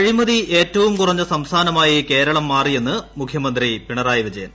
അഴിമതി ഏറ്റവും കുറഞ്ഞ സംസ്്ഥാനമായി കേരളം മാറിയെന്ന് മുഖ്യമന്ത്രി പിണറ്റായി വിജയൻ